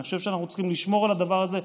אני חושב שאנחנו צריכים לשמור על הדבר הזה,